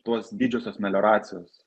tuos didžiosios melioracijos